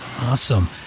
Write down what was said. Awesome